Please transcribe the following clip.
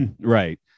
Right